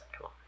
Cool